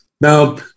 Now